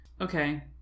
Okay